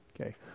Okay